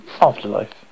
afterlife